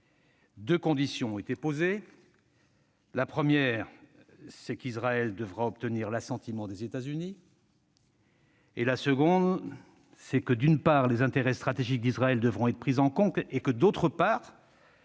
deux conditions ont été posées : la première, c'est qu'Israël devra obtenir l'assentiment des États-Unis ; la seconde, c'est que, d'une part, les intérêts stratégiques d'Israël devront être pris en compte et que, d'autre part,